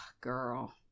girl